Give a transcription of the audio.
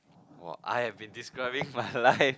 !wah! I have been describing my life